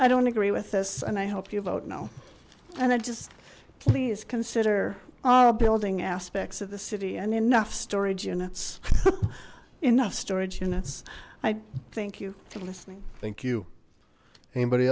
i don't agree with this and i hope you vote no and i just please consider all building aspects of the city and enough storage units enough storage units i think you are listening thank you anybody